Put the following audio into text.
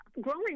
growing